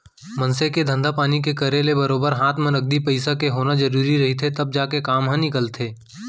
मनसे के धंधा पानी के करे ले बरोबर हात म नगदी पइसा के होना जरुरी रहिथे तब जाके काम ह निकलथे